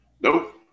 Nope